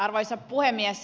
arvoisa puhemies